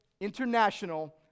international